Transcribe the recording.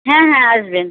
হ্যাঁ হ্যাঁ আসবেন